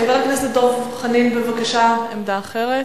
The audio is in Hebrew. חבר הכנסת דב חנין, בבקשה, עמדה אחרת.